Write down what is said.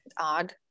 odd